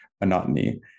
monotony